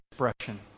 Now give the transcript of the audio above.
expression